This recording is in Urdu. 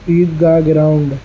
عید گاہ گراؤنڈ